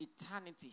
eternity